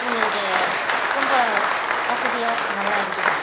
எங்களுக்கு ரொம்ப வசதியாக நல்லா இருக்குது